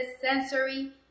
sensory